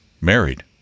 married